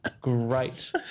great